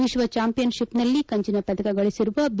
ವಿಶ್ವ ಚಾಂಪಿಯನ್ಶಿಪ್ನಲ್ಲಿ ಕಂಚಿನ ಪದಕ ಗಳಿಸಿರುವ ಬಿ